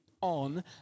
on